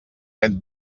red